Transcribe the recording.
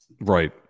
Right